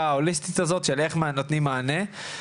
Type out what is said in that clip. ההוליסטית הזאת של איך נותנים מענה.